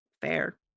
fair